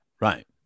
Right